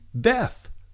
death